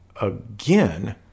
again